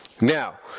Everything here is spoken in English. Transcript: Now